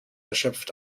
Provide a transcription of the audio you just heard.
erschöpft